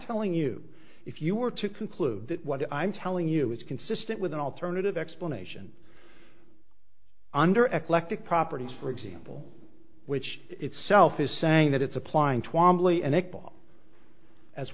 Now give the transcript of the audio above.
telling you if you were to conclude that what i'm telling you is consistent with an alternative explanation under epileptic properties for example which itself is saying that it's applying